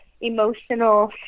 emotional